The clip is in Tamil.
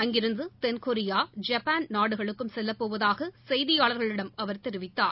அங்கிருந்துதென்கொரியா ஜப்பான் நாடுகளுக்கும் செல்லப்போவதாகசெய்தியாளா்களிடம் அவா் தெரிவித்தார்